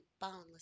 boundless